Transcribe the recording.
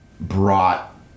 brought